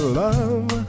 love